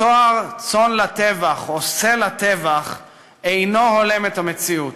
התואר "צאן לטבח" או "שה לטבח" אינו הולם את המציאות.